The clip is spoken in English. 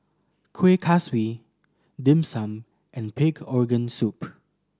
Kuih Kaswi Dim Sum and pig organ soup